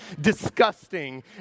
disgusting